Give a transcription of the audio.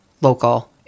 local